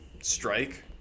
Strike